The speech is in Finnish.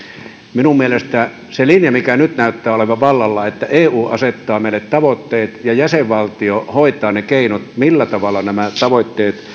minun mielestäni se linja mikä nyt näyttää olevan vallalla on että eu asettaa meille tavoitteet ja jäsenvaltio hoitaa ne keinot millä tavalla nämä tavoitteet